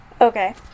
Okay